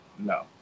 No